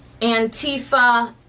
Antifa